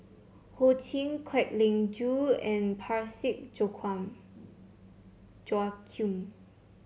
Ho Ching Kwek Leng Joo and Parsick Joaquim